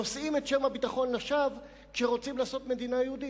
נושאים את שם הביטחון לשווא כשרוצים לעשות מדינה יהודית.